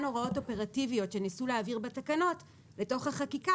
הוראות אופרטיביות שניסו להעביר בתקנות לתוך החקיקה